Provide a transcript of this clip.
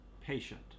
patient